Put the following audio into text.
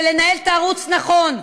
ולנהל את הערוץ נכון.